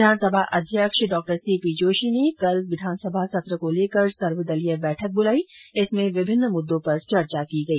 विधानसभा अध्यक्ष Dr C P Joshi कल विधानसभा सत्र को लेकर सर्वदलीय बैठक बुलाई जिसमें विभिन्न मुददों पर चर्चा की गई